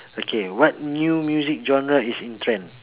okay what new music genre is in trend